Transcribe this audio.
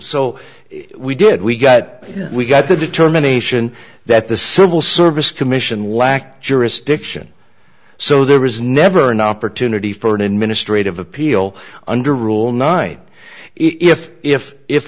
so we did we got we got the determination that the civil service commission lacked jurisdiction so there was never an opportunity for an administrative appeal under rule nine if if if